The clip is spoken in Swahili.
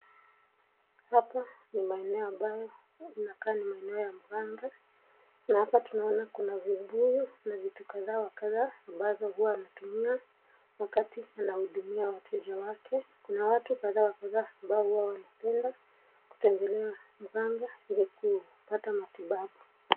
Hapa ni maeneo ambayo inakaa ni maeneo ya mhanga na hapa tuna ona kuna vibuyu na vitu kadhaa wa kadhaa ambao hua wana vitumia wakati ana hudumia wateja wake . Kuna watu wa kadhaa wa kadhaa ambao wana penda kutembelea mganga ili kupata matibabu.